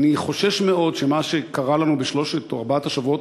אני חושש מאוד שמה שקרה לנו בשלושת או ארבעת השבועות